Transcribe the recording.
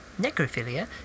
necrophilia